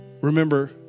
Remember